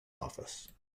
office